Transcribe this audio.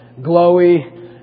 glowy